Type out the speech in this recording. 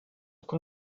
con